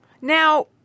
Now